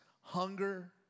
hunger